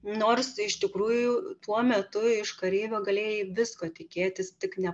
nors iš tikrųjų tuo metu iš kareivio galėjai visko tikėtis tik ne